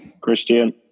Christian